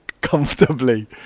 comfortably